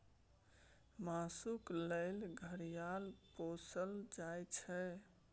मासुक लेल घड़ियाल पोसल जाइ छै